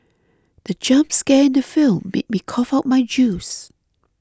the jump scare in the film made me cough out my juice